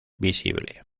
visible